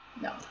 no